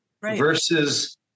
versus